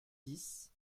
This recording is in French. dix